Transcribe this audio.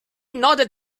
nodded